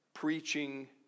preaching